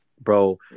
bro